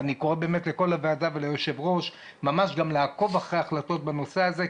ואני קורא לוועדה וליושבת-הראש לעקוב אחרי ההחלטות בנושא הזה,